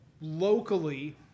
locally